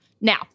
Now